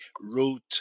wrote